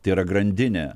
tėra grandinė